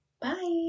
Bye